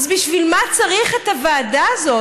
אז בשביל מה צריך את הוועדה הזאת?